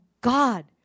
God